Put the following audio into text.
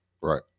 right